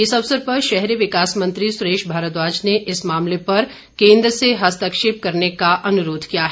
इस अवसर पर शहरी विकास मंत्री सुरेश भारद्वाज ने इस मामले पर केंद्र से हस्तक्षेप करने का अनुरोध किया है